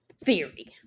theory